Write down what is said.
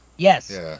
Yes